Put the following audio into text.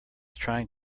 trying